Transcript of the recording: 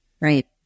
Right